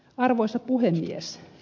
arvoisa puhemies